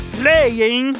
playing